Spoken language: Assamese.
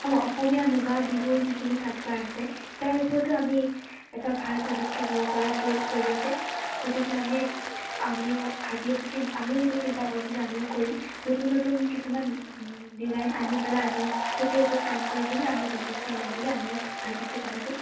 অঁ অসমীয়া মুগা বিহুৰ যিখিনি সাজপাৰ আছে তাৰ ওপৰতো আমি এটা ভাল পদক্ষেপ ল'ব পাৰোঁ এইটোৰ জৰিয়তে গতিকে আমি আমিও ভাবি আছোঁ চিন আমিও এইটো চিন্তা কৰিছোঁ যে আমিও কৰিম নতুন নতুন কিছুমান ডিজাইন আনি পেলাই আমি সেইটোৰ ওপৰত কাম কৰিম বুলি আমি ব্যৱস্থা ল'ম বুলি আমিও ভাবিছোঁ কথাটো